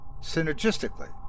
synergistically